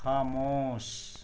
خاموش